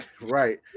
Right